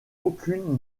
aucune